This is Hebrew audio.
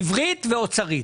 עברית ואוצרית.